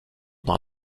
dans